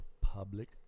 Public